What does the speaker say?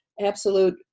absolute